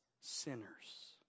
sinners